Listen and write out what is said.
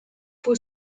for